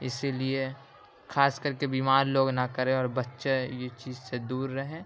اسی لیے خاص کر کے بیمار لوگ نہ کریں اور بچے یہ چیز سے دور رہیں